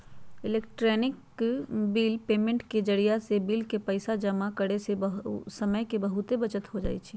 electronic bill payment के जरियासे bill के पइसा जमा करेयसे समय के बहूते बचत हो जाई छै